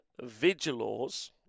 Vigilors